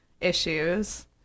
issues